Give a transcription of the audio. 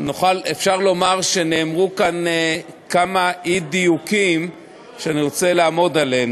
אפשר לומר שנאמרו כאן כמה אי-דיוקים שאני רוצה לעמוד עליהם.